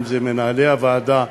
אם מנהלי הוועדה,